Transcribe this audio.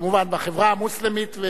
כמובן, בחברה המוסלמית.